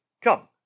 Come